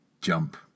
jump